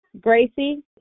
Gracie